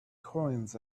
coins